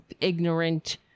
ignorant